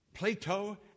Plato